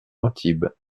antibes